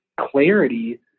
clarity